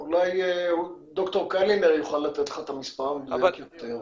אולי ד"ר קלינר יוכל לתת לך את המספר המדויק יותר.